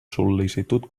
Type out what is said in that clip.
sol·licitud